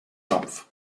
month